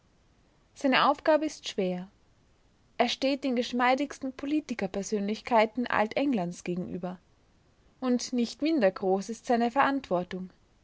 seine aufgabe ist schwer er steht den geschmeidigsten politikerpersönlichkeiten alt-englands gegenüber und nicht minder groß ist seine verantwortung